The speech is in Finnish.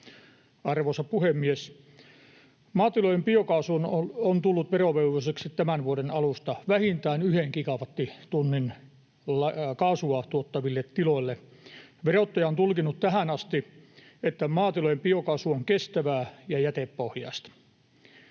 Arvoisa puhemies! Maatilojen biokaasu on tullut veronalaiseksi tämän vuoden alusta vähintään yhden gigawattitunnin kaasua tuottaville tiloille. Verottaja on tulkinnut tähän asti, että maatilojen biokaasu on kestävää ja jätepohjaista.